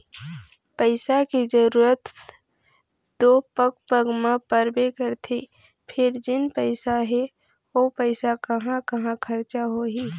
पइसा के जरूरत तो पग पग म परबे करथे फेर जेन पइसा हे ओ पइसा कहाँ कहाँ खरचा होही